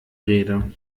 rede